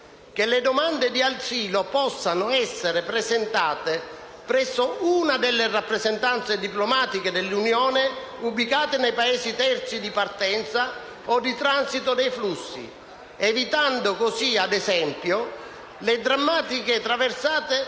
che le domande di asilo possano essere presentate presso una delle rappresentanze diplomatiche dell'Unione ubicate nei Paesi terzi di partenza o di transito dei flussi, evitando così, ad esempio, le drammatiche traversate